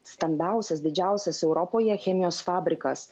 stambiausias didžiausios europoje chemijos fabrikas